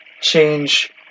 change